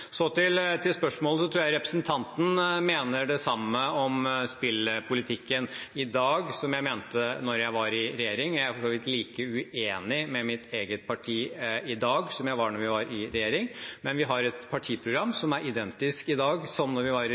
Så til spørsmålet: Jeg tror representanten mener det samme om spillpolitikken i dag som jeg mente da vi var i regjering. Jeg er for så vidt like uenig med mitt eget parti i dag som jeg var da vi var i regjering, men vi har et partiprogram i dag som er identisk med det vi hadde da vi var i